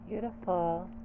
Beautiful